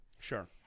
Sure